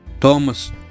Thomas